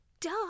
Duh